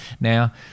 Now